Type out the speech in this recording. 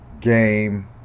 game